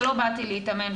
שלא באתי להתאמן,